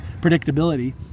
predictability